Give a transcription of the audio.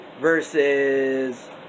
versus